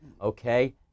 okay